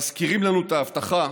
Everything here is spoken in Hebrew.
מזכירים לנו את ההבטחה